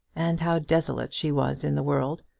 and how desolate she was in the world,